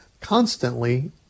constantly